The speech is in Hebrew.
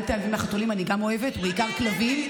אל תיעלבי מהחתולים, אני גם אוהבת, בעיקר כלבים.